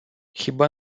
хіба